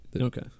okay